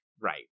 Right